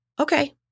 okay